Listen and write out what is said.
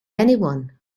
anyone